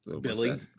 Billy